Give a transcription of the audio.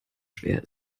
schwer